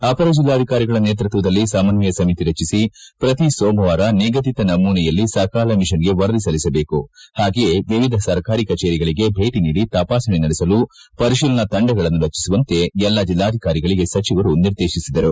ಅವರ ಜೆಲ್ಲಾಧಿಕಾರಿಗಳ ನೇತೃತ್ವದಲ್ಲಿ ಸಮನ್ವಯ ಸಮಿತಿ ರಚಿಸಿ ಪ್ರತಿ ಸೋಮವಾರ ನಿಗದಿತ ನಮೂನೆಯಲ್ಲಿ ಸಕಾಲ ಮಿಷನ್ಗೆ ವರದಿ ಸಲ್ಲಿಸಬೇಕು ಹಾಗೆಯೇ ವಿವಿಧ ಸರ್ಕಾರಿ ಕಚೇರಿಗಳಿಗೆ ಭೇಟಿ ನೀಡಿ ತಪಾಸಣೆ ನಡೆಸಲು ಪರಿಶೀಲನಾ ತಂಡಗಳನ್ನು ರಚಿಸುವಂತೆ ಎಲ್ಲಾ ಜಿಲ್ಲಾಧಿಕಾರಿಗಳಿಗೆ ಸಚಿವರು ನಿರ್ದೇಶಿಸಿದರು